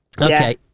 Okay